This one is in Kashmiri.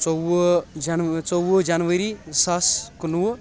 ژۄوُہ جنوری ژۄوُہ جنوری زٕ ساس کُنوُہ